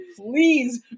please